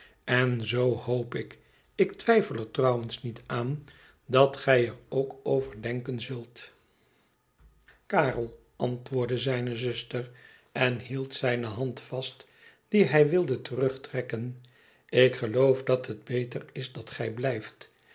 en zoo hoop ik ik twijfel er trouwens niet aan dat gij er ook over denken zult karel antwoordde zijne zuster en hield zijne hand vast die hij wilde terugtrekken ik geloof dat het beter is dat gij blijft